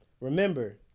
remember